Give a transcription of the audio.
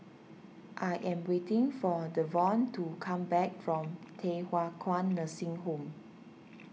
I am waiting for Davon to come back from Thye Hua Kwan Nursing Home